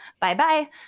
bye-bye